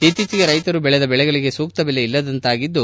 ಇತ್ತೀಚೆಗೆ ರೈತರು ಬೆಳೆದ ಬೆಳೆಗಳಿಗೆ ಸೂಕ್ತ ಬೆಲೆ ಇಲ್ಲದಂತಾಗಿದ್ದು